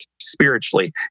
spiritually